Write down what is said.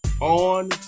on